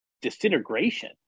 disintegration